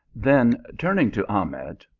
then turning to ahmed,